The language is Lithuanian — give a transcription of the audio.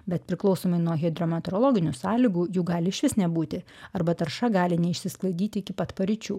bet priklausomai nuo hidrometeorologinių sąlygų jų gali išvis nebūti arba tarša gali neišsisklaidyti iki pat paryčių